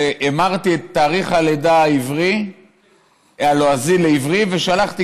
המרתי את תאריך הלידה הלועזי לעברי ושלחתי.